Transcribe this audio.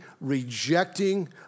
rejecting